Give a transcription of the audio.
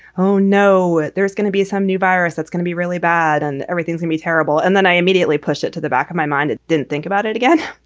oh, no. there's gonna be some new virus that's gonna be really bad. and everything seems terrible. and then i immediately push it to the back of my mind. it didn't think about it again.